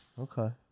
Okay